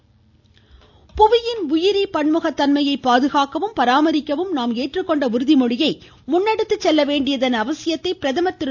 சுற்றுச்சூழல் தினம் புவியின் உயிரி பன்முக தன்மையை பாதுகாக்கவும் பராமரிக்கவும் நாம் ஏற்றுக்கொண்ட உறுதிமொழியை முன்னெடுத்து செல்ல வேண்டியதன் அவசியத்தை பிரதமர் திரு